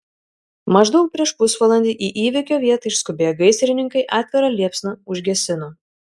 maždaug prieš pusvalandį į įvykio vietą išskubėję gaisrininkai atvirą liepsną užgesino